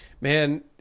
Man